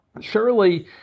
Surely